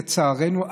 לצערנו,